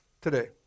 today